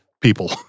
people